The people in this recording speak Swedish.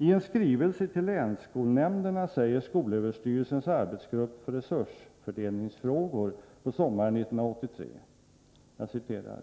I en skrivelse till länsskolnämnderna sade skolöverstyrelsens arbetsgrupp för resursfördelningsfrågor på sommaren 1983: